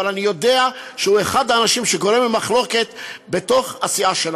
אבל אני יודע שהוא אחד האנשים שגורמים למחלוקת בתוך הסיעה שלכם.